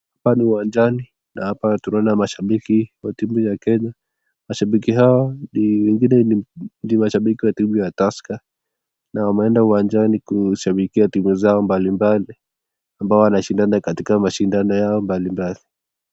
Hapa ni uwanjani na hapa tunaona mashambiki wa timu ya Kenya. Mashambiki hao wengine ni mashambiki wa timu ya Tusker na wameeda uwanjani kushambikia timu zao mbalimbali ambao wanashindana katika mashindano yao mbalimbali.